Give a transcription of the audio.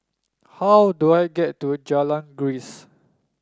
how do I get to Jalan Grisek